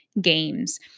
games